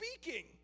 speaking